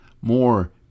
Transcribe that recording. more